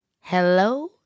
Hello